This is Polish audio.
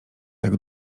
tak